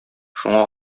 шуңа